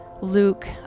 Luke